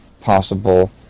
possible